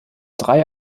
drei